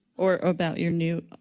or about your new,